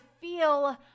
feel